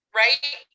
right